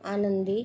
आनंदी